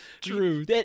Drew